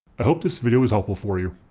i hope this video was helpful for you.